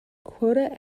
quota